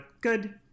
good